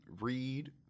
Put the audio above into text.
Read